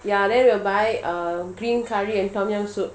ya then we will buy um green curry and tom yam soup